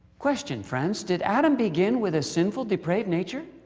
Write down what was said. question friends did adam begin with a sinful, depraved nature?